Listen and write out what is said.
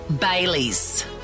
Bailey's